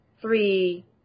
three